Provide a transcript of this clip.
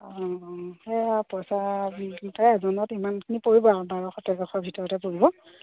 অঁ সেয়া পইচা এজনত ইমানখিনি পৰিব আৰু বাৰশ তেৰশৰ ভিতৰতে পৰিব